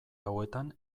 hauetan